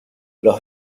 los